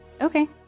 Okay